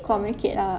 communicate ah